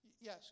Yes